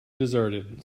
deserted